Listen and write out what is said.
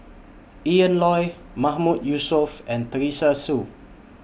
Ian Loy Mahmood Yusof and Teresa Hsu